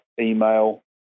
email